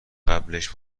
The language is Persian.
قبلش